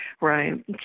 Right